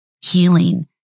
healing